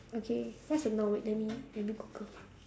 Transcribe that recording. okay what's a noun wait let me let me google